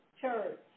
church